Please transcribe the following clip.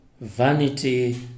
Vanity